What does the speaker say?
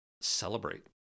celebrate